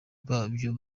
babyo